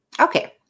Okay